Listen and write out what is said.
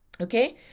Okay